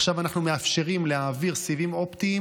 עכשיו אנחנו מאפשרים להעביר סיבים אופטיים